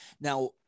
Now